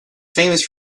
famous